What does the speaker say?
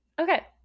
Okay